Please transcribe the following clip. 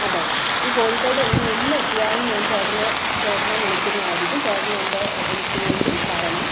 അതെ ഈ കോഴിക്കോട് ഇനി എന്ന് എത്തിയാലും ഞാൻ ചേട്ടനെ ചേട്ടനെ വിളിക്കുന്നതായിരിക്കും ചേട്ടൻ എൻ്റെ എനിക്ക് വേണ്ടി വരണം